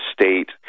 state